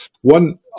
One